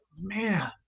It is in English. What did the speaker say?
man